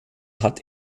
hat